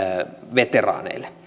veteraaneille